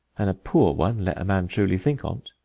and a poor one, let a man truly think on't.